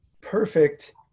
perfect